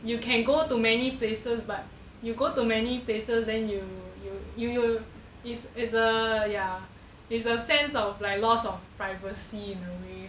S_S of privacy